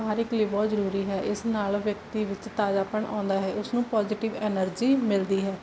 ਹਰ ਇੱਕ ਲਈ ਬਹੁਤ ਜ਼ਰੂਰੀ ਹੈ ਇਸ ਨਾਲ ਵਿਅਕਤੀ ਵਿੱਚ ਤਾਜ਼ਾਪਣ ਆਉਂਦਾ ਹੈ ਉਸਨੂੰ ਪੋਜੀਟਿਵ ਐਨਰਜੀ ਮਿਲਦੀ ਹੈ